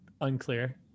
Unclear